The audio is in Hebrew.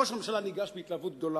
ראש הממשלה ניגש בהתלהבות גדולה,